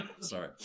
Sorry